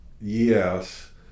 yes